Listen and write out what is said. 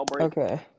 Okay